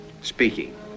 Speaking